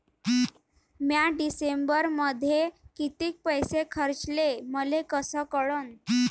म्या डिसेंबरमध्ये कितीक पैसे खर्चले मले कस कळन?